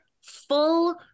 full